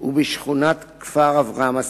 ובשכונת כפר-אברהם הסמוכה.